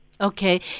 Okay